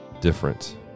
different